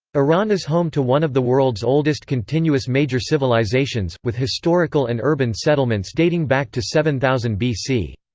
iran is home to one of the world's oldest continuous major civilizations, with historical and urban settlements dating back to seven thousand bc.